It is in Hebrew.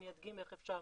אני אדגים איך אפשר